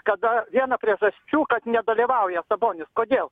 kada viena priežasčių nedalyvauja sabonis kodėl